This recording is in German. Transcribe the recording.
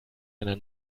einer